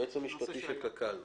לא